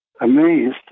amazed